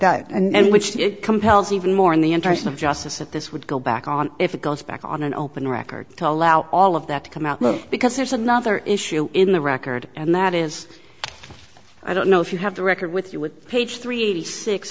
that and which compels even more in the interest of justice that this would go back on if it goes back on an open record to allow all of that to come out because there's another issue in the record and that is i don't know if you have the record with you with page three eighty six